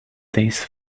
this